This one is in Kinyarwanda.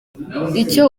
icyo